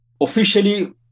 Officially